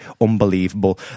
unbelievable